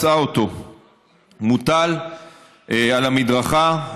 מצאה אותו מוטל על המדרכה.